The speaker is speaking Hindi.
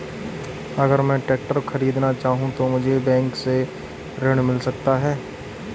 अगर मैं ट्रैक्टर खरीदना चाहूं तो मुझे बैंक से ऋण मिल सकता है?